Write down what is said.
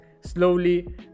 slowly